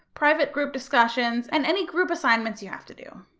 private group discussions, and any group assignments you have to do.